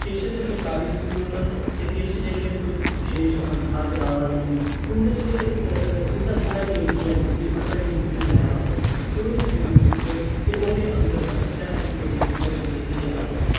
किश ते सरकारी स्कूल न ते किश जेह्के न कोई बिशेश संस्था चला दियां न उं'दे च ते सिद्ध सिद्धा ए टी ऐल जिसी अटल टिंक्रिंग लैब आखदे न ओह्दे सरूप च ते ओह्दे अन्तर्गत स्टेम एजुकेशन बच्चें गी दित्ती जावा दी ऐ